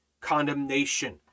condemnation